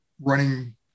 running